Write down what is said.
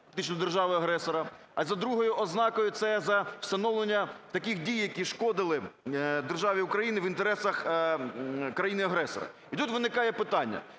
а за другою ознакою – це за встановлення таких дій, які шкодили б державі Україна в інтересах країни-агресора. І тут виникає питання,